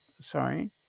Sorry